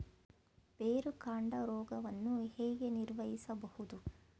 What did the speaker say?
ಬೇರುಕಾಂಡ ರೋಗವನ್ನು ಹೇಗೆ ನಿರ್ವಹಿಸಬಹುದು?